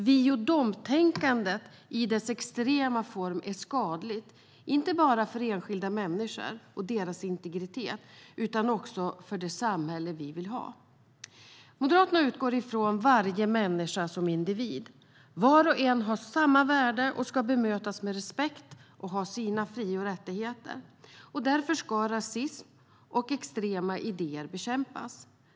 Vi-och-de-tänkandet i dess extrema form är skadligt inte bara för enskilda människor och deras integritet, utan också för det samhälle vi vill ha. Moderaterna utgår från varje människa som individ. Var och en har samma värde och ska bemötas med respekt och ha sina fri och rättigheter. Därför ska rasism och extrema idéer bekämpas.